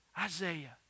Isaiah